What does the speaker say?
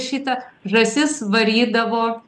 šita žąsis varydavo